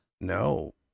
No